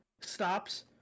stops